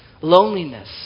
loneliness